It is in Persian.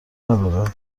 نداره